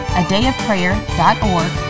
adayofprayer.org